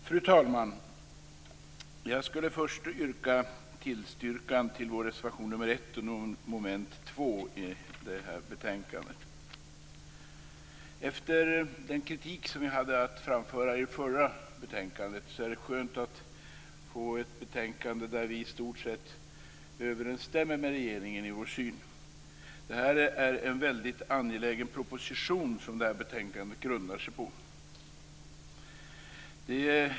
Fru talman! Jag skulle först vilja yrka på tillstyrkan till vår reservation nr 1 under mom. 2 i detta betänknade. Efter den kritik vi hade att framföra med anledning av förra betänkandet är det skönt att diskutera ett betänkande där vår syn i stort sett överensstämmer med regeringens. Det är en väldigt angelägen proposition som betänkandet grundar sig på.